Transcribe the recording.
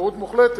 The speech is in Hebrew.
הפקרות מוחלטת,